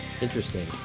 Interesting